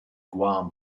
guam